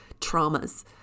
traumas